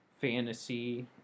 fantasy